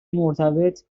مرتبط